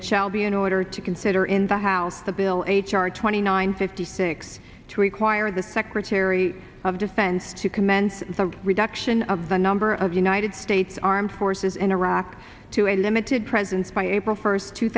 it shall be in order to consider in the house the bill h r twenty nine fifty six to require the secretary of defense to commence the reduction of the number of united states armed forces in iraq to a limited presence by april first two